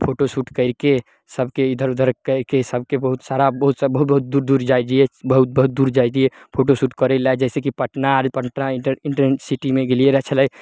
तऽ photo shoot करिकऽ सभके इधर उधर कएके सभके बहुत सारा ओ सभ बहुत बहुत दूर दूर जाइ दियै बहुत बहुत दूर जाइ दियै फोटो सूट करय लए जैसे कि पटना आर पटना इंटर इंटरसिटीमे गेलियै रहय छलै